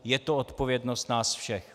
Je to odpovědnost nás všech.